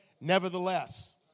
nevertheless